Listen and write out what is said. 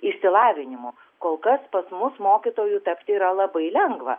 išsilavinimu kol kas pas mus mokytojų tapti yra labai lengva